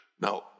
Now